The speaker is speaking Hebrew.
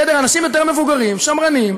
אנשים יותר מבוגרים, שמרנים,